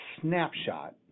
snapshot